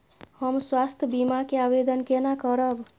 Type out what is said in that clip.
हम स्वास्थ्य बीमा के आवेदन केना करब?